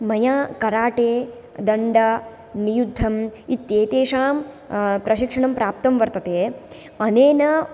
मया कराटे दण्ड नियुद्धं इत्येतेषां प्रशिक्षणं प्राप्तं वर्तते अनेन